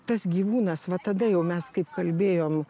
tas gyvūnas va tada jau mes kaip kalbėjom